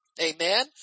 Amen